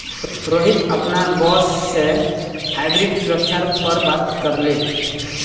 रोहित अपनार बॉस से हाइब्रिड सुरक्षा पर बात करले